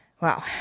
Wow